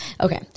Okay